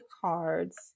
cards